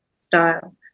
style